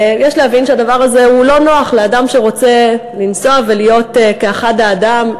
יש להבין שהדבר הזה הוא לא נוח לאדם שרוצה לנסוע ולהיות כאחד האדם,